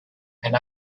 and